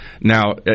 Now